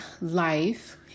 life